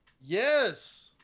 yes